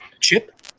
Chip